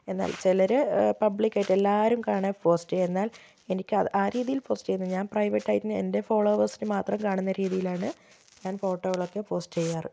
എന്നൽ ചിലർ പബ്ലിക് ആയിട്ട് എല്ലാവരും കാണെ പോസ്റ്റ് ചെയ്യും എന്നാൽ എനിക്ക് അത് ആ രീതിയിൽ പോസ്റ്റ് ചെയ്യുന്നു ഞാൻ പ്രൈവറ്റായിട്ട് പിന്നെ എൻ്റെ ഫോളോവേഴ്സിനും മാത്രം കാണുന്ന രീതിയിലാണ് ഞാൻ ഫോട്ടോകളൊക്കെയും പോസ്റ്റ് ചെയ്യാറ്